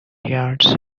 yards